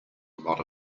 lot